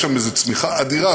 יש שם איזו צמיחה אדירה,